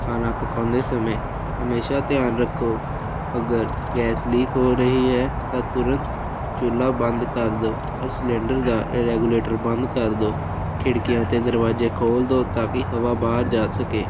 ਖਾਣਾ ਪਕਾਉਂਦੇ ਸਮੇਂ ਹਮੇਸ਼ਾਂ ਧਿਆਨ ਰੱਖੋ ਅਗਰ ਗੈਸ ਲੀਕ ਹੋ ਰਹੀ ਹੈ ਤਾਂ ਤੁਰੰਤ ਚੁੱਲ੍ਹਾ ਬੰਦ ਕਰ ਦਿਓ ਔਰ ਸਲਿੰਡਰ ਦਾ ਰੈਗੂਲੇਟਰ ਬੰਦ ਕਰ ਦਿਓ ਖਿੜਕੀਆਂ ਅਤੇ ਦਰਵਾਜ਼ੇ ਖੋਲ੍ਹ ਦਿਓ ਤਾਂ ਕਿ ਹਵਾ ਬਾਹਰ ਜਾ ਸਕੇ